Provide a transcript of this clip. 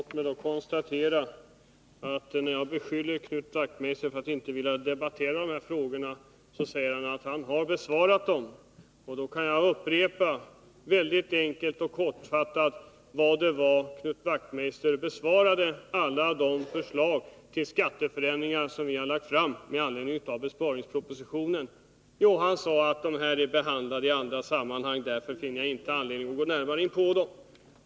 Herr talman! När jag beskyller Knut Wachtmeister för att inte vilja debattera de här frågorna, säger han att han har besvarat dem. Då kan jag upprepa, mycket enkelt och kortfattat, hur Knut Wachtmeister bemötte alla de förslag till skatteförändringar som vi har lagt fram med anledning av besparingspropositionen. Han sade att de här förslagen är behandlade i andra sammanhang och att han därför inte fann anledning att gå närmare in på dem.